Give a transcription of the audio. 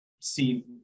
see